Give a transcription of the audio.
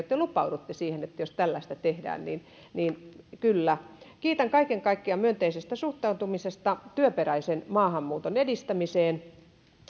te lupaudutte siihen että tällaista tehdään niin niin kyllä kiitän kaiken kaikkiaan myönteisestä suhtautumisesta työperäisen maahanmuuton edistämiseen